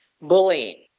Bullying